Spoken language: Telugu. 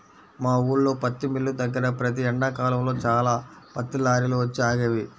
మా ఊల్లో పత్తి మిల్లు దగ్గర ప్రతి ఎండాకాలంలో చాలా పత్తి లారీలు వచ్చి ఆగేవి